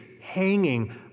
hanging